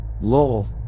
Lol